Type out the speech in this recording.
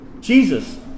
Jesus